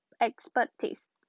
expertise